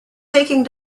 taking